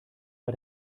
bei